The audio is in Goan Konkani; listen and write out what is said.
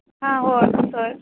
आं हय हय